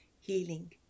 healing